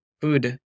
food